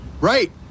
right